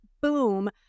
boom